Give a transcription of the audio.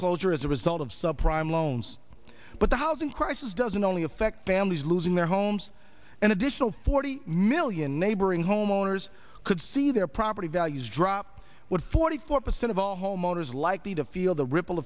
foreclosure as a result of sub prime loans but the housing crisis doesn't only affect families losing their homes an additional forty million neighboring homeowners could see their property values drop what forty four percent of all homeowners likely to feel the ripple